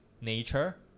nature